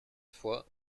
fois